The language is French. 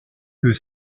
que